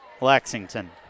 Lexington